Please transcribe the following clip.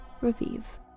Revive